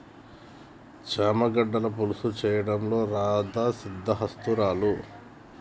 చామ గడ్డల పులుసు చేయడంలో రాధా సిద్దహస్తురాలు